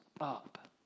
up